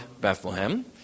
Bethlehem